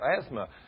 asthma